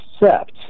accept